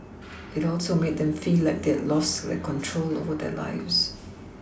it also made them feel like they had lost their control over their lives